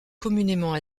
communément